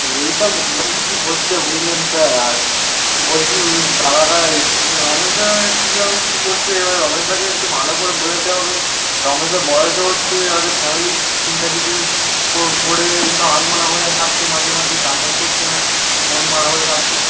তো এই সব হচ্ছে বুঝলেন স্যার আর বলছি ওই দাদাটা এই কি রমেশদা কীভাবে কী করছে এবার রমেশদাকে একটু ভালো করে বোঝাতে হবে রমেশদার বয়সও হচ্ছে আর ফ্যামিলির চিন্তা কিছু কো করে এইসব আনমনা হয়ে থাকছে মাঝে মাঝে কাজ বাজ করছে না মনমারা হয়ে থাকছে